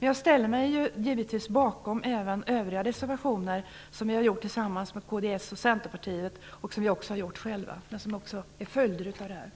Jag ställer mig givetvis bakom även övriga reservationer som vi har avgett själva och även tillsammans med kds och Centern, vilka också är följder av detta.